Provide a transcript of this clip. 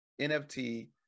nft